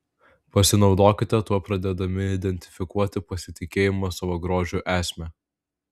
pasinaudokite tuo pradėdami identifikuoti pasitikėjimo savo grožiu esmę